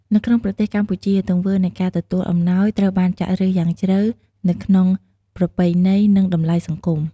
នៅក្នុងប្រទេសកម្ពុជា ទង្វើនៃការទទួលអំណោយត្រូវបានចាក់ឫសយ៉ាងជ្រៅនៅក្នុងប្រពៃណី និងតម្លៃសង្គម។